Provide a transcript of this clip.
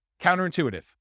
Counterintuitive